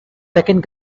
second